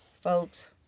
Folks